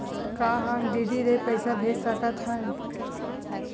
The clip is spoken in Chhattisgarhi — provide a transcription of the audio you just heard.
का हम डी.डी ले पईसा भेज सकत हन?